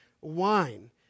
Wine